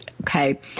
Okay